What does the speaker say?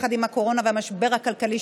הקורונה יחד עם המשבר הכלכלי,